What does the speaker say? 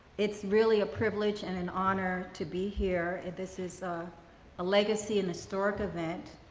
it's really a privilege and an honor to be here. this is a a legacy and historic event.